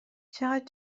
چقدر